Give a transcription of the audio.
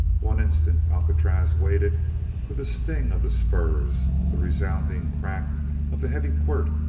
one instant alcatraz waited for the sting of the spurs, the resounding crack of the heavy quirt,